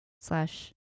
slash